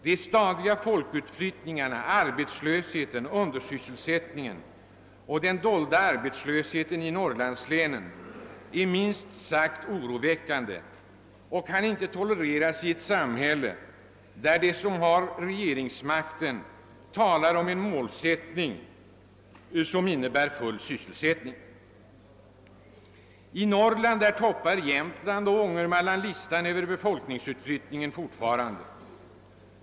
De stadiga folkutflyttningarna, arbetslösheten, undersysselsättningen och den dolda arbetslösheten i norrlandslänen är minst sagt oroväckande och kan inte tolereras i ett samhälle där de som har regeringsmakten talar om att målsättningen är full sysselsättning. I Norrland toppar fortfarande Jämtland och Ångermanland listan över befolkningsutflyttningen.